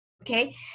Okay